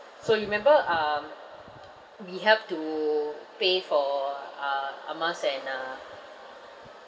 so you remember um we have to pay for uh amas and uh